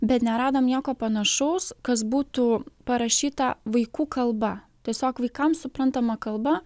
bet neradom nieko panašaus kas būtų parašyta vaikų kalba tiesiog vaikams suprantama kalba